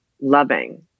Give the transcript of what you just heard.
loving